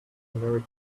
american